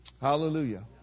Hallelujah